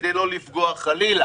כדי לא לפגוע חלילה